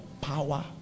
power